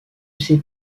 sait